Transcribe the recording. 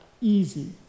easy